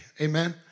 Amen